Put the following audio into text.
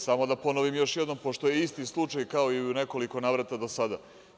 Samo da ponovim još jednom, pošto je isti slučaj kao i u nekoliko navrata do sada.